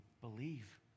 believe